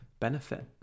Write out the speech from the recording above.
benefit